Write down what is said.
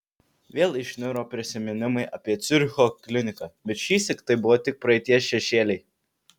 vėl išniro prisiminimai apie ciuricho kliniką bet šįsyk tai buvo tik praeities šešėliai